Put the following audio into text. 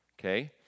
okay